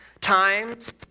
times